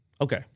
Okay